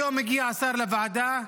היום הגיע השר לוועדה,